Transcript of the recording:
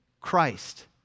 Christ